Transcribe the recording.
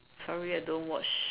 sorry I don't watch